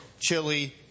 chili